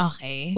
Okay